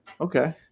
Okay